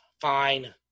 fine